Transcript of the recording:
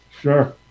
Sure